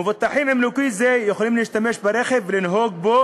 מבוטחים עם ליקוי זה יכולים להשתמש ברכב ולנהוג בו